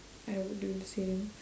I would do the same